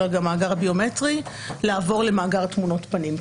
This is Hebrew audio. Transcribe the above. המאגר הביומטרי לעבור למאגר תמונות פנים.